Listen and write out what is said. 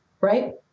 right